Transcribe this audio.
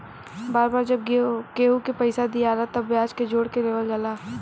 बार बार जब केहू के पइसा दियाला तब ब्याज के जोड़ के लेवल जाला